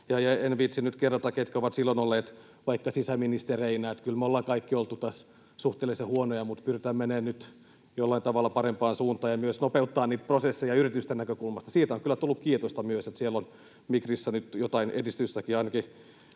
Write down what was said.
En viitsi nyt kerrata, ketkä ovat silloin olleet vaikka sisäministereinä, kyllä me ollaan kaikki oltu tässä suhteellisen huonoja, mutta pyritään menemään nyt jollain tavalla parempaan suuntaan ja myös nopeuttamaan niitä prosesseja yritysten näkökulmasta. Siitä on kyllä tullut kiitosta myös, että Migrissä on nyt jotain edistystäkin ainakin